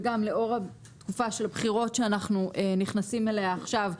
וגם לאור התקופה של הבחירות שאנחנו נכנסים אליה עכשיו,